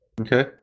Okay